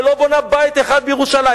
שלא בונה בית אחד בירושלים,